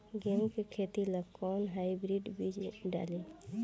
गेहूं के खेती ला कोवन हाइब्रिड बीज डाली?